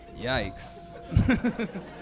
Yikes